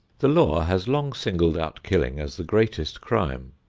the law has long singled out killing as the greatest crime,